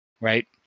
right